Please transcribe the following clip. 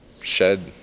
shed